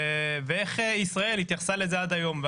ואיך ישראל התייחסה לזה עד היום.